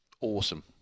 awesome